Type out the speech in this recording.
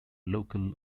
local